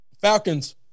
Falcons